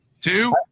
Two